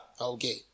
Okay